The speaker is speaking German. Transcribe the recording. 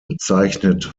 bezeichnet